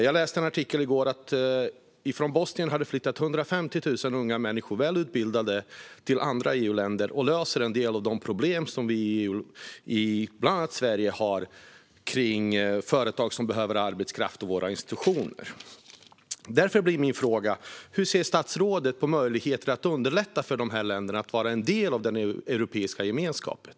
Jag läste en artikel i går där det stod att det från Bosnien har flyttat 150 000 unga och välutbildade människor till EU-länder, och de löser en del av de problem som vi i bland annat Sverige har med företag och institutioner som behöver arbetskraft. Därför blir min fråga: Hur ser statsrådet på möjligheten att underlätta för de här länderna att vara en del av den europeiska gemenskapen?